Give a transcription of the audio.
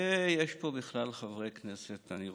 ויש פה בכלל חברי כנסת, אני רואה,